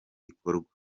ikorwa